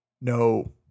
No